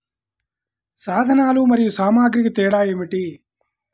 సాధనాలు మరియు సామాగ్రికి తేడా ఏమిటి?